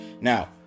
Now